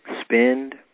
spend